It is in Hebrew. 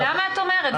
למה את אומרת?